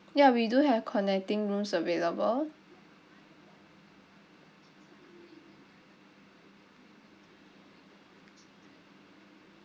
ya we do have connecting rooms available